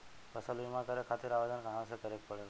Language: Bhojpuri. फसल बीमा करे खातिर आवेदन कहाँसे करे के पड़ेला?